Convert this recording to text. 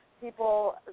people